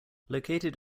located